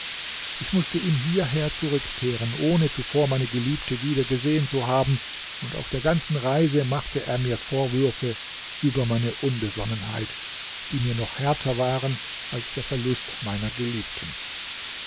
ich mußte mit ihm hierher zurückkehren ohne zuvor meine geliebte wieder gesehen zu haben und auf der ganzen reise machte er mir vorwürfe über meine unbesonnenheit die mir noch härter waren als der verlust meiner geliebten